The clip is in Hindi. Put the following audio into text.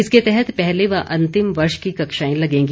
इसके तहत पहले व अंतिम वर्ष की कक्षाएं लगेंगी